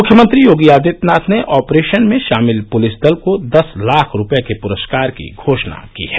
मुख्यमंत्री योगी आदित्यनाथ ने ऑपरेशन में शामिल पुलिस दल को दस लाख रूपये के पुरस्कार की घोषणा की है